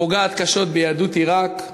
פוגעת קשות ביהדות עיראק.